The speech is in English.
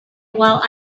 while